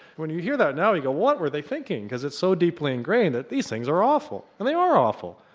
when you hear that now you go what were they thinking? because it's so deeply ingrained that these things are awful. and they are awful,